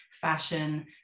fashion